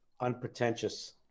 unpretentious